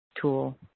tool